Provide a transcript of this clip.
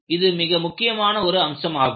இது மிக முக்கியமான ஒரு அம்சம் ஆகும்